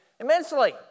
immensely